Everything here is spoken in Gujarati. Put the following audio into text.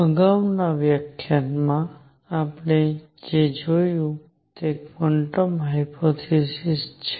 અગાઉના વ્યાખ્યાનમાં આપણે જે જોયું તે ક્વોન્ટમ હાયપોથેસીસ છે